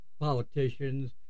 politicians